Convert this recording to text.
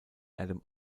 adam